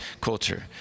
culture